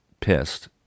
pissed